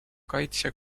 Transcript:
kaitsja